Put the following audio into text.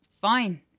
fine